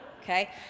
okay